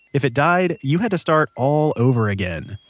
if it died, you had to start all over again.